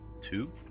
Two